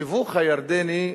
התיווך הירדני,